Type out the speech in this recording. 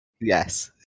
Yes